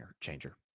changer